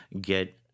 get